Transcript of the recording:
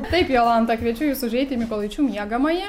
taip jolanta kviečiu jus užeiti į mykolaičių miegamąjį